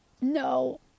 No